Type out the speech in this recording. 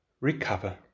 recover